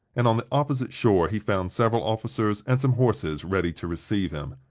and on the opposite shore he found several officers and some horses ready to receive him.